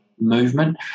Movement